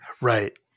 Right